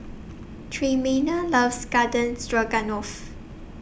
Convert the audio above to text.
Tremayne loves Garden Stroganoff